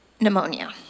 pneumonia